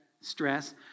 Stress